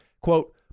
quote